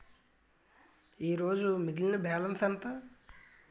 ఈరోజు మిగిలిన బ్యాలెన్స్ ఎంత?